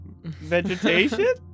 Vegetation